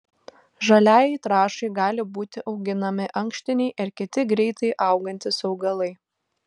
žaliajai trąšai gali būti auginami ankštiniai ir kiti greitai augantys augalai